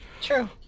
true